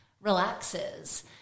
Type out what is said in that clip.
relaxes